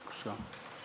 בבקשה.